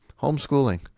Homeschooling